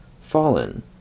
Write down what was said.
Fallen